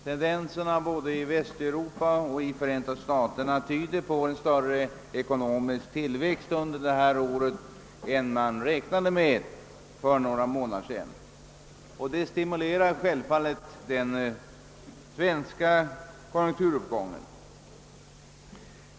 Tendenserna i både Västeuropa och Förenta staterna tyder på en större ekonomisk tillväxt under detta år än man räknade med för några månader sedan, och detta stimulerar självfallet den svenska konjunkturuppgången.